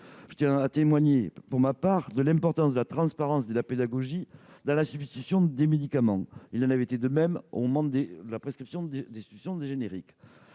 Je tiens à témoigner devant vous de l'importance de la transparence et de la pédagogie dans la substitution des médicaments. Il en avait été de même au moment du développement des médicaments génériques.